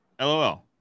LOL